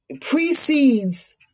precedes